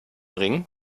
ring